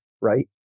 right